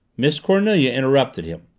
miss cornelia interrupted him.